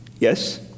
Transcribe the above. Yes